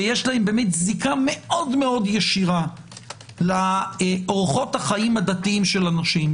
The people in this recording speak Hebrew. שיש להם באמת זיקה מאוד מאוד ישירה לאורחות החיים הדתיים של אנשים,